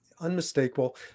unmistakable